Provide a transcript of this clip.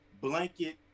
blanket